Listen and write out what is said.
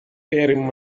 faring